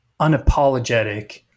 unapologetic